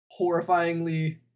horrifyingly